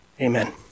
Amen